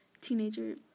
teenager